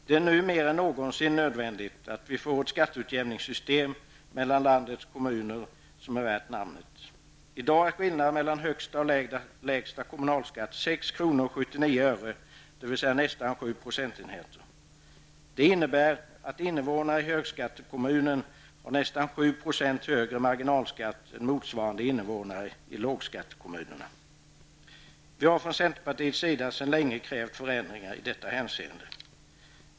Det är nu mer än någonsin nödvändigt att vi får ett skatteutjämningssystem mellan landets kommuner som är värt namnet. I procentenheter. Det innebär att invånare i högskattekommunen har nästan 7 % högre marginalskatt än motsvarande invånare i lågskattekommunen. Vi har från centerpartiets sida länge krävt förändringar i detta hänseende.